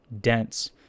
dense